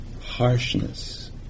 harshness